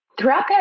throughout